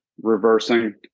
reversing